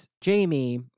Jamie